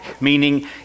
meaning